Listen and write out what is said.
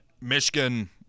Michigan